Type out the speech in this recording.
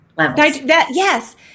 Yes